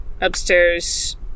upstairs